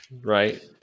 right